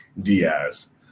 Diaz